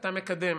שאתה מקדם